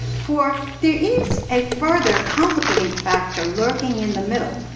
for there is a further complicating factor lurking in the middle,